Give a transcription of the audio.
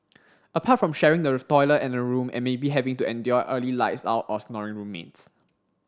apart from sharing the toilet and a room and maybe having to endure early lights out or snoring roommates